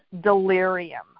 delirium